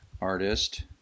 artist